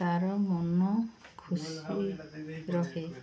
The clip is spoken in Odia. ତା'ର ମନ ଖୁସି ରଖେ